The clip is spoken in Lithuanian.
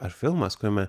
ar filmas kuriame